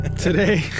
Today